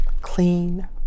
Clean